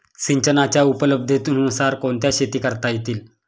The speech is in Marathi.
सिंचनाच्या उपलब्धतेनुसार कोणत्या शेती करता येतील?